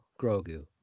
Grogu